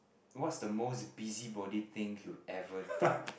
what's the most busy body thing you've ever done